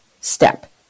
step